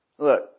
Look